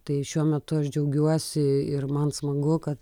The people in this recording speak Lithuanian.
tai šiuo metu aš džiaugiuosi ir man smagu kad